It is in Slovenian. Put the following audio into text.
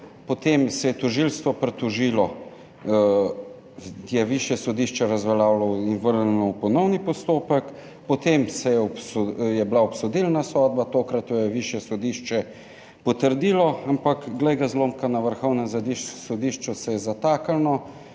potem se je tožilstvo pritožilo, je višje sodišče razveljavilo in vrnilo v ponovni postopek. Potem je bila obsodilna sodba, tokrat jo je višje sodišče potrdilo, ampak glej ga zlomka, na Vrhovnem sodišču se je zataknilo